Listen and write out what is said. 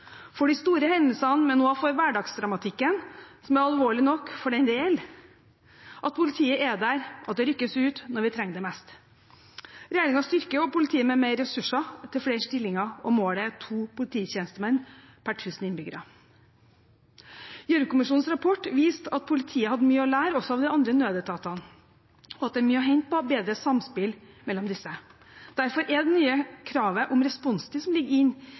for de store hendelsene, men også for hverdagsdramatikken, som er alvorlig nok for den det gjelder, at politiet er der, at det rykkes ut når vi trenger det mest. Regjeringen styrker også politiet med mer ressurser til flere stillinger, og målet er to polititjenestemenn per 1 000 innbyggere. Gjørv-kommisjonens rapport viste at politiet hadde mye å lære, også av de andre nødetatene, og at det er mye å hente på å ha bedre samspill mellom disse. Derfor er det nye kravet om responstid, som ligger